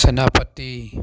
Senapati